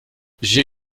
j’ai